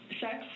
sex